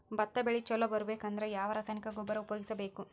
ಭತ್ತ ಬೆಳಿ ಚಲೋ ಬರಬೇಕು ಅಂದ್ರ ಯಾವ ರಾಸಾಯನಿಕ ಗೊಬ್ಬರ ಉಪಯೋಗಿಸ ಬೇಕು?